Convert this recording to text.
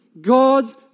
God's